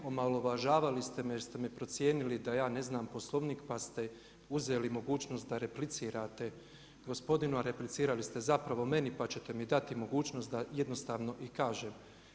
Omalovažavali ste me jer ste me procijenili da ja ne znam Poslovnik, pa ste uzeli mogućnost da replicirate gospodinu, a reciklirali ste zapravo meni, pa čete mi dati mogućnost da jednostavno i kažem.